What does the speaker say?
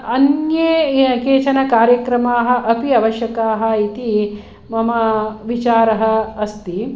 अन्ये केचन कार्यक्रमाः अपि आवश्यकाः इति मम विचारः अस्ति